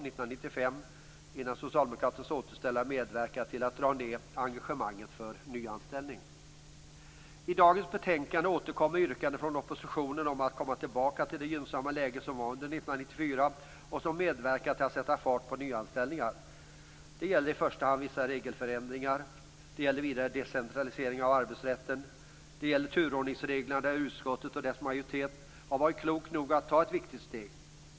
innan socialdemokraternas återställare medverkade till att dra ned på engagemanget för nyanställning. I dagens betänkande återkommer yrkanden från oppositionen om att man vill komma tillbaka till det gynnsamma läge som var under 1994 och som medverkade till att sätta fart på nyanställningarna. Det gäller i första hand vissa regelförändringar. Det gäller vidare decentralisering av arbetsrätten. Det gäller turordningsreglerna där utskottet och dess majoritet har varit klok nog att ta ett viktigt steg.